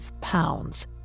pounds